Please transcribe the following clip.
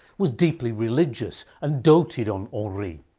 was deeply religious and doted on henri.